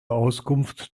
auskunft